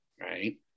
Right